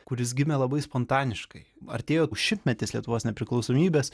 kuris gimė labai spontaniškai artėjo šimtmetis lietuvos nepriklausomybės